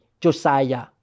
Josiah